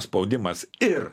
spaudimas ir